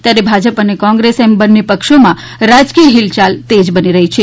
ત્યારે ભાજપ અને કોન્ગ્રેસ એમ બંને પક્ષોમાં રાજકીય હિલયાલ તેજ બની રહી છે